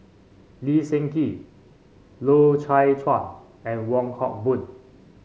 Lee Seng Gee Loy Chye Chuan and Wong Hock Boon